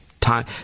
time